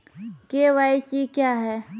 KYC क्या हैं?